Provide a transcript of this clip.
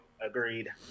agreed